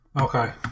Okay